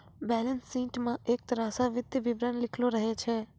balance sheet म एक तरह स वित्तीय विवरण लिखलो रहै छै